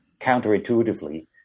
counterintuitively